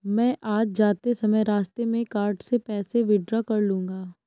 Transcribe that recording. मैं आज जाते समय रास्ते में कार्ड से पैसे विड्रा कर लूंगा